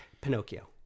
Pinocchio